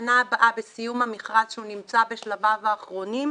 בשנה הבאה, בסיום המכרז, שנמצא בשלביו האחרונים,